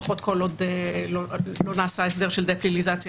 לפחות כול עוד לא נעשה הסדר של דה-פליליזציה